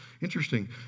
Interesting